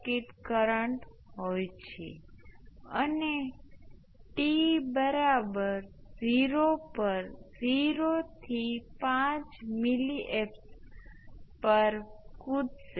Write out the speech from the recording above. આપણી પાસે L 1 અને L 2 છે અને આપણી પાસે I s છે અને તમે સ્પષ્ટપણે જુઓ છો કે વિદ્યુત પ્રવાહ એ ઇન્ડક્ટર્સના વિપરીત ગુણોત્તરમાં વિભાજિત છે